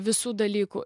visų dalykų